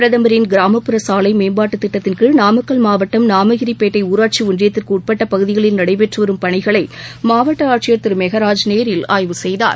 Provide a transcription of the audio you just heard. பிரதமரின் கிராமப்புற சாலை மேம்பாட்டுத் திட்டத்தின் கீழ் நாமக்கல் மாவட்டம் நாமகிரிப்பேட்டை ஊராட்சி ஒன்றியத்திற்கு உட்பட்ட பகுதிகளில் நடைபெற்று வரும் பணிகளை மாவட்ட ஆட்சியர் திரு மெஹராஜ் நேரில் ஆய்வு செய்தார்